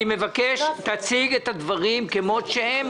אני מבקש שתציג את הדברים כפי שהם,